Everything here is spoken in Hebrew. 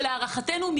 שלהערכתנו,